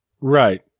Right